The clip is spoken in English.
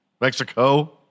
Mexico